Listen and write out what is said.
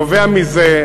נובע מזה,